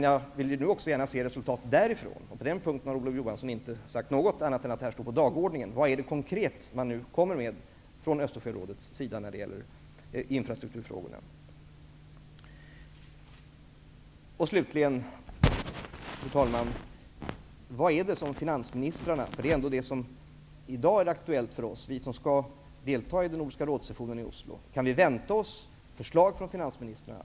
Jag vill också gärna se resultat därifrån. På den punkten har Olof Johansson inte sagt något annat än att frågan står på dagordningen. Vad är det konkret man nu kommer med från Östersjörådets sida när det gäller infrastrukturfrågorna? Slutligen, fru talman! Vad är det som finansministrarna kommer med -- för det är ändå det som i dag är aktuellt för oss som skall delta i Nordiska rådets session i Oslo? Kan vi vänta oss förslag från finansministrarna?